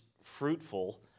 fruitful